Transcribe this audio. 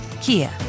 Kia